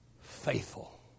faithful